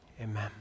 Amen